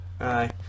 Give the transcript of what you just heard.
Aye